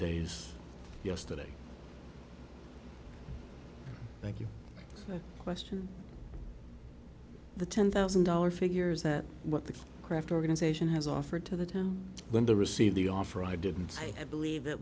days yesterday thank you question the ten thousand dollar figures that what the craft organization has offered to the time when they receive the offer i didn't say i believe it